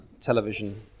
Television